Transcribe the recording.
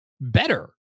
better